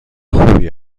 خوبی